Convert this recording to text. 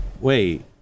wait